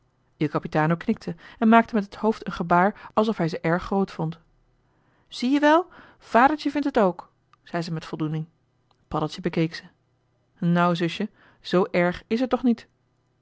il capitano knikte en maakte met het hoofd een gebaar alsof hij ze erg groot vond zie-je wel vadertje vindt het ook zei ze met voldoening paddeltje bekeek ze nou zusje zoo èrg is t toch niet